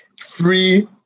free